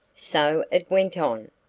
so it went on,